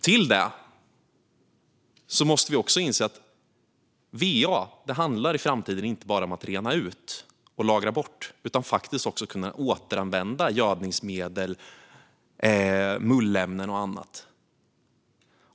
Till detta måste vi inse att va i framtiden inte bara handlar om att rena ut och lagra bort utan faktiskt också om att återanvända gödningsmedel, mullämnen och annat.